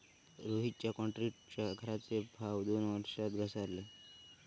रोहितच्या क्रॉन्क्रीटच्या घराचे भाव दोन वर्षात घसारले